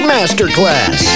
Masterclass